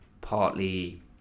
partly